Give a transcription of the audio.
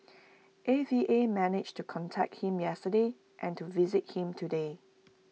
A V A managed to contact him yesterday and to visit him today